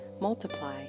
multiply